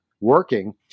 working